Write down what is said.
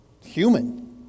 Human